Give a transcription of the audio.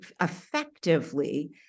effectively